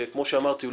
שכמו שאמרתי,